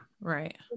Right